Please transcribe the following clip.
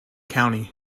county